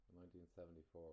1974